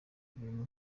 ibintu